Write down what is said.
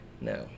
No